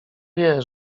wie